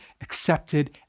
accepted